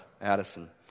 Addison